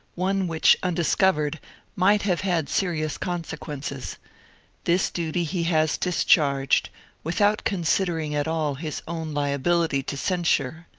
one which undiscovered might have had serious consequences this duty he has discharged without considering at all his own liability to censure.